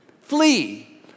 Flee